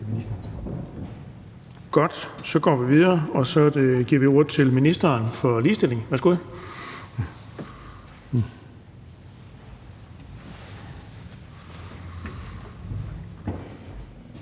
Godt, så går vi videre. Vi giver ordet til ministeren for ligestilling. Værsgo.